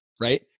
right